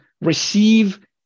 receive